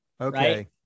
Okay